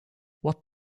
what